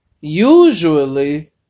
usually